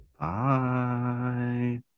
Bye